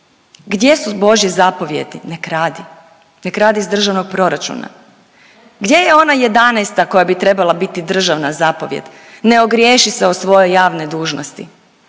gdje su božje zapovijedi „ne kradi“, ne kradi iz Državnog proračuna, gdje je ona 11. koja bi trebala biti državna zapovijed „ne ogriješi se o svoje javne dužnosti“?